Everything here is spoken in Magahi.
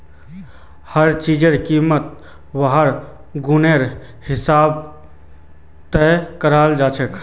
हर चीजेर कीमत वहार गुनेर हिसाबे तय कराल जाछेक